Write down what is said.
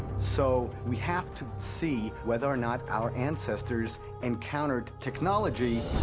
so we have to see whether or not our ancestors encountered technology